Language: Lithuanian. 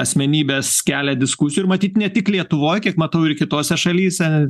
asmenybės kelia diskusijų ir matyt ne tik lietuvoj kiek matau ir kitose šalyse